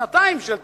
שנתיים של תקציב,